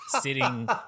sitting